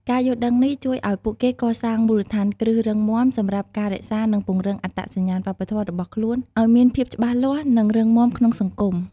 ការយល់ដឹងនេះជួយឱ្យពួកគេកសាងមូលដ្ឋានគ្រឹះរឹងមាំ សម្រាប់ការរក្សា និងពង្រឹងអត្តសញ្ញាណវប្បធម៌របស់ខ្លួនឲ្យមានភាពច្បាស់លាស់ និងរឹងមាំក្នុងសង្គម។